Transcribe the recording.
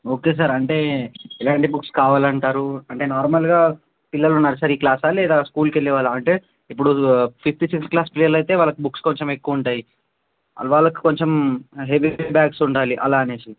okay sir అంటే ఎలాంటి books కావాలి అంటారు అంటే నార్మల్గా పిల్లలు నర్సరీ క్లాసా లేదా స్కూల్కి వెళ్ళే వాళ్ళా అంటే ఇప్పుడు ఫిఫ్త్ సిక్స్త్ క్లాస్ పిల్లలు అయితే వాళ్ళకి బుక్స్ కొంచెం ఎక్కువ ఉంటాయి వాళ్ళకు కొంచెం హెవీ బ్యాగ్స్ ఉండాలి అలా అనేసి